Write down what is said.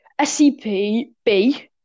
SCP-B-